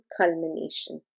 culmination